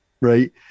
right